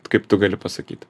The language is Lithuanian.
kaip tu gali pasakyt